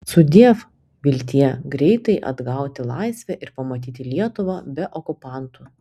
sudiev viltie greitai atgauti laisvę ir pamatyti lietuvą be okupantų